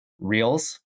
reels